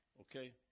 Okay